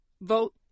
vote